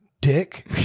Dick